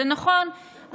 זה נכון,